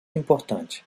importante